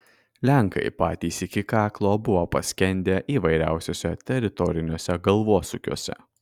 lenkai patys iki kaklo buvo paskendę įvairiausiuose teritoriniuose galvosūkiuose